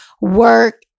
work